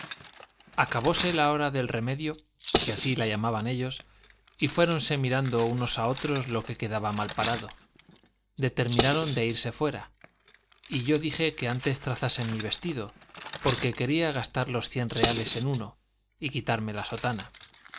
soldado acabóse la hora del remedio que así la llamaban ellos y fuéronse mirando unos a otros lo que quedaba mal parado determinaron de irse fuera y yo dije que antes trazasen mi vestido porque quería gastar los cien reales en uno y quitarme la sotana